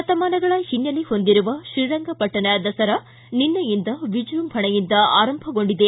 ಶತಮಾನಗಳ ಹೊಂದಿರುವ ಶ್ರೀರಂಗಪಟ್ಟಣ ದಸರಾ ನಿನ್ನೆಯಿಂದ ವಿಜೃಂಭಣೆಯಿಂದ ಆರಂಭಗೊಂಡಿದೆ